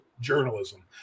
journalism